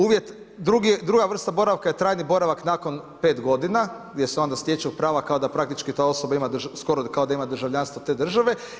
Uvjet, druga vrsta boravka je trajni boravak nakon 5 godina gdje se onda stječu prava kao da praktički ta osoba skoro da ima državljanstvo te države.